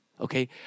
Okay